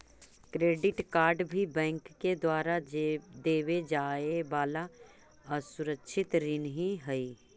credit card भी bank के द्वारा देवे जाए वाला असुरक्षित ऋण ही हइ